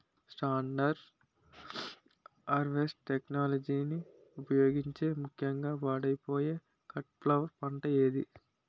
Standard harvest టెక్నాలజీని ఉపయోగించే ముక్యంగా పాడైపోయే కట్ ఫ్లవర్ పంట ఏది?